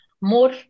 more